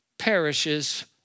perishes